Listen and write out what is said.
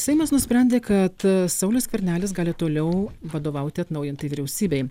seimas nusprendė kad saulius skvernelis gali toliau vadovauti atnaujintai vyriausybei